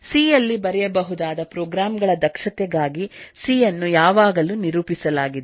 C ಯಲ್ಲಿ ಬರೆಯಬಹುದಾದ program ಗಳ ದಕ್ಷತೆಗಾಗಿ ಸಿ ಅನ್ನು ಯಾವಾಗಲೂ ನಿರೂಪಿಸಲಾಗಿದೆ